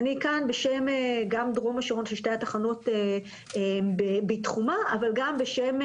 אני חושב שכל נושא תחנות הגז מקבל תאוצה ואני חושב שהאווירה